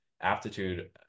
aptitude